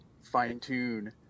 fine-tune